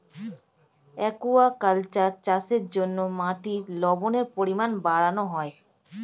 aquaculture চাষের জন্য মাটির লবণের পরিমাণ বাড়ানো হয়